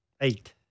Eight